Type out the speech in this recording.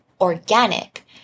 organic